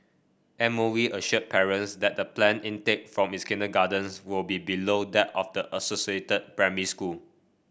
M O E assured parents that the planned intake from its kindergartens will be below that of the associated primary school